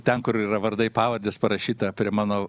ten kur yra vardai pavardės parašyta prie mano